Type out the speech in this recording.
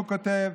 הוא כותב,